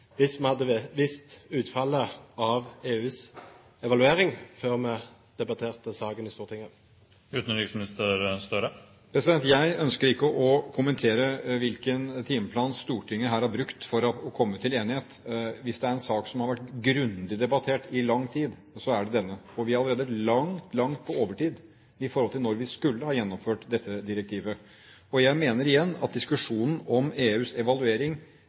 hvis vi hadde visst utfallet av EUs evaluering før vi debatterte saken i Stortinget? Jeg ønsker ikke å kommentere hvilken timeplan Stortinget her har brukt for å komme til enighet. Hvis det er en sak som har vært grundig debattert i lang tid, så er det denne. Vi er allerede langt, langt på overtid i forhold til når vi skulle ha gjennomført dette direktivet. Jeg mener igjen at diskusjonen om EUs evaluering